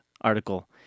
article